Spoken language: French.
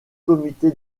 comité